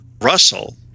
Russell –